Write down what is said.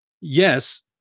yes